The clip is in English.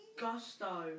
Gusto